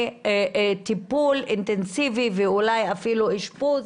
טיפול אינטנסיבי ואולי אפילו אשפוז,